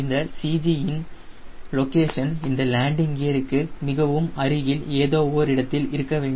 இந்த CG இன் location இந்த லேண்டிங் கியருக்கு மிகவும் அருகில் ஏதோ ஓரிடத்தில் இருக்க வேண்டும்